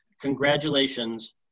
Congratulations